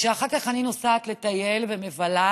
שאחר כך אני נוסעת לטייל ומבלה,